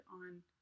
on